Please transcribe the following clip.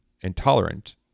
intolerant